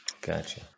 Gotcha